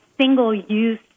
single-use